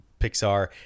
Pixar